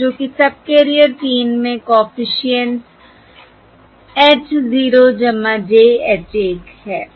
जो कि सबकेरियर 3 में कॉफिशिएंट्स h 0 j h 1 है